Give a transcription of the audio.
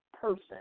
person